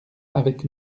avec